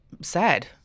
sad